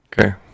Okay